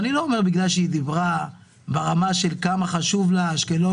אני לא אומר את זה בגלל שהיא דיברה ברמה של כמה חשובה לה אשקלון,